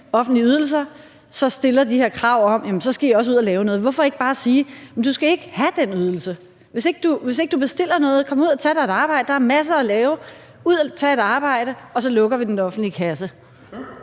offentlige ydelser, stiller de her krav om, at så skal de også ud at lave noget. Hvorfor ikke bare sige: Du skal ikke have den ydelse, hvis ikke du bestiller noget; kom ud og tag dig et arbejde, for der er masser at lave; kom ud og tag dig et arbejde, og så lukker vi den offentlige kasse?